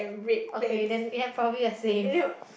okay then ya probably a same